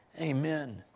Amen